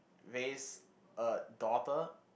raise a daughter